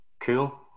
Cool